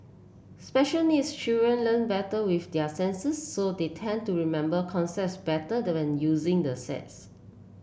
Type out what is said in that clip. special needs children learn better with their senses so they tend to remember concepts better they when using the sets